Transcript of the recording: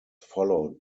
followed